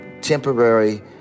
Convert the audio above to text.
temporary